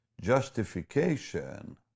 Justification